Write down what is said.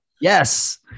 Yes